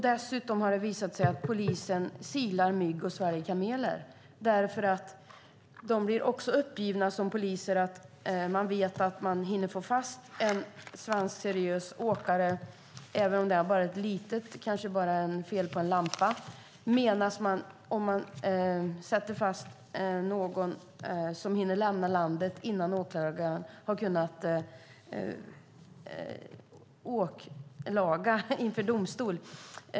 Dessutom har det visat sig att polisen silar mygg och sväljer kameler. De blir nämligen uppgivna. De vet att de hinner få fast en svensk seriös åkare även om det bara rör sig om ett fel på en lampa, men det gäller inte om de sätter fast någon som hinner lämna landet innan åklagaren har hunnit ställa denne inför domstol.